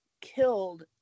killed